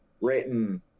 written